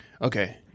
Okay